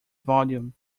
volume